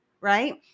right